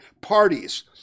parties